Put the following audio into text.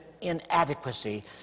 inadequacy